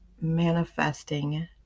manifesting